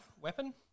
weapon